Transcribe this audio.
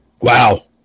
Wow